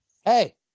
hey